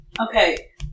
Okay